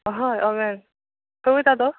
हय अव्यन खंय वयता तो